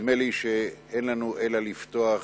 נדמה לי שאין לנו אלא לפתוח